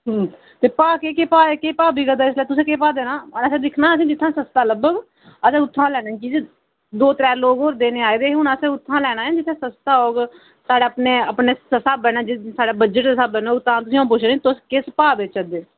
ते भाऽ केह् केह् भाऽ ऐ केह् भाऽ बिकै दा ऐ इसलै तुसें केह् भाऽ देना असें दिक्खना असें जित्थें सस्ता लब्भग असें उत्थुआं लैना की जे दो त्रै लोक होर देने आए दे हे हून असें उत्थोआं लैना ऐ जित्थें सस्ता होग साढ़ै अपने अपने स्हाबे नै जिस साढ़े बजट दे स्हाबे नै अ'ऊं तां तुसें पुच्छै नी तुस किस भाऽ बेचै दे